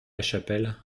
chapelle